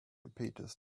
impetus